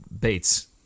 Bates